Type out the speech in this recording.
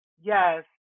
yes